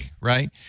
right